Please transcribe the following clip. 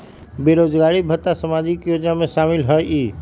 बेरोजगारी भत्ता सामाजिक योजना में शामिल ह ई?